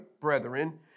brethren